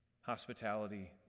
Hospitality